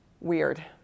Weird